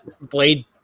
Blade